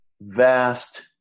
vast